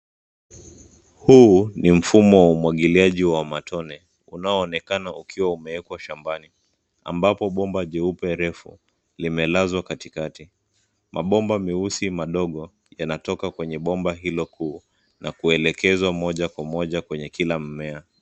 Huu ni mfumo wa umwagiliaji wa matone ambao unaonekana umewekwa shambani ambapo bomba jeupe refu limelazwa katikati. Mabomba meusi madogo yanatoka kwenye bomba hilo kuu na kuelekeazwa moja kwa moja kwenye kila mmmea.